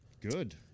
Good